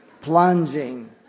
Plunging